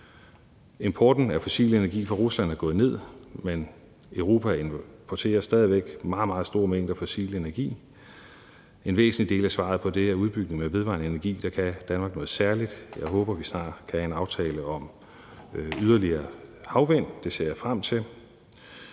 Importen af fossil energi fra Rusland er gået ned, men Europa importerer stadig væk meget, meget store mængder fossil energi. En væsentlig del af svaret på det er udbygningen med vedvarende energi. Der kan Danmark noget særligt. Jeg håber, vi snart kan have en aftale om yderligere havvindenergi – det ser jeg frem til.